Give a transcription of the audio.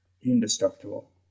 Indestructible